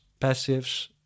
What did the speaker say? passives